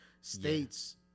states